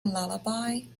lullaby